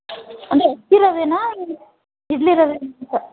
ಅಂದರೆ ಇಡ್ಲಿ ರವೆ ಅಂತ